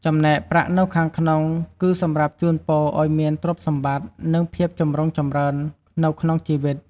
ចំណែកប្រាក់នៅខាងក្នុង គឺសម្រាប់ជូនពរឱ្យមានទ្រព្យសម្បត្តិ និងភាពចម្រុងចម្រើននៅក្នុងជិវិត។